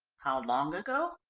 how long ago?